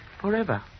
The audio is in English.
forever